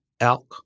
ALK